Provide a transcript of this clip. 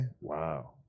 Wow